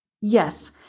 Yes